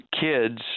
kids